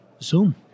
Zoom